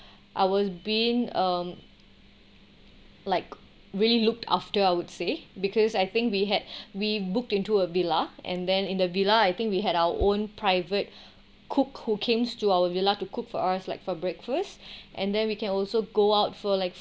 I was been um like really looked after I would say because I think we had we booked into a villa and then in the villa I think we had our own private cook who came to our villa to cook for us like for breakfast and then we can also go out for like